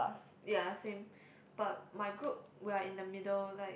ya same but my group we are in the middle like